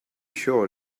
sure